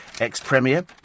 ex-premier